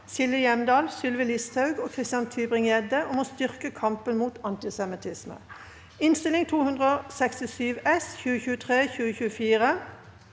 Silje Hjemdal, Sylvi Listhaug og Christian Tybring-Gjedde om å styrke kam- pen mot antisemittisme